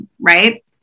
Right